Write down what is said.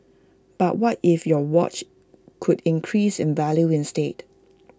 but what if your watch could increase in value instead